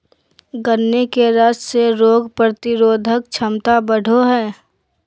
गन्ने के रस से रोग प्रतिरोधक क्षमता बढ़ो हइ